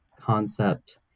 concept